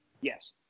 Yes